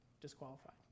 disqualified